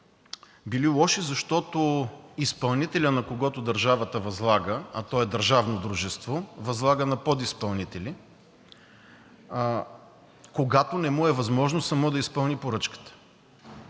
били лоши, защото изпълнителят, на когото държавата възлага, а то е държавно дружество, което възлага на подизпълнители, когато не му е възможно само да изпълни поръчката,